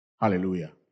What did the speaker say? Hallelujah